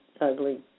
ugly